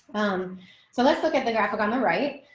so let's look at the graphic on the right.